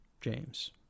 james